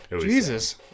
Jesus